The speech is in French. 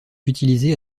utilisés